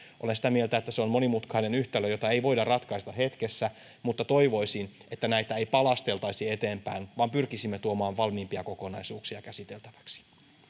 olen sitä mieltä että se on monimutkainen yhtälö jota ei voida ratkaista hetkessä mutta toivoisin että näitä ei palasteltaisi eteenpäin vaan pyrkisimme tuomaan valmiimpia kokonaisuuksia käsiteltäväksi